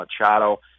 Machado